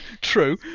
True